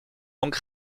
donc